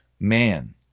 man